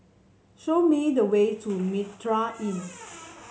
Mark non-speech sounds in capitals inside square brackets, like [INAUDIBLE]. show me the way to Mitraa [NOISE] Inn